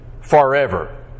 forever